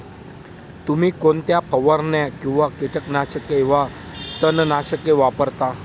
तुम्ही कोणत्या फवारण्या किंवा कीटकनाशके वा तणनाशके वापरता?